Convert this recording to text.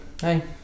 hey